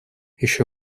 еще